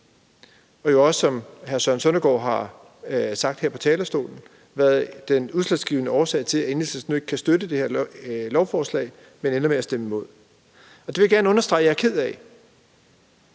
Og som hr. Søren Søndergaard har sagt her fra talerstolen, har det været den udslagsgivende årsag til, at Enhedslisten ikke kan støtte det her lovforslag, men ender med at stemme imod. Kl. 10:23 Jeg vil gerne understrege, at det er jeg ked